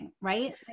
right